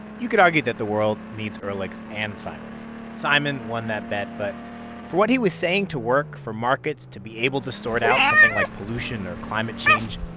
you could argue that the world needs ehrlichs and simons. simon won that bet. but for what he was saying to work, for markets to be able to sort out something like pollution or climate change,